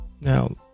Now